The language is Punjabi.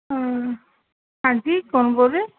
ਹਾਂਜੀ ਕੌਣ ਬੋਲ ਰਿਹਾ